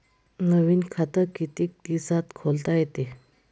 नवीन खात कितीक दिसात खोलता येते?